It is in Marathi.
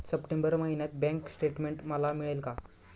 सप्टेंबर महिन्यातील बँक स्टेटमेन्ट मला मिळेल का?